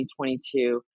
2022